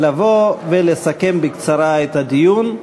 לבוא ולסכם בקצרה את הדיון.